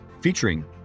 featuring